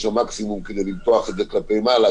המקסימום כדי למתוח את זה כלפי מעלה,